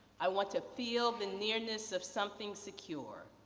i want to feel the nearness of something secure.